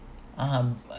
um